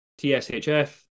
TSHF